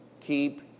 keep